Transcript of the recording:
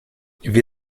wir